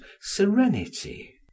serenity